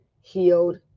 healed